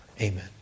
amen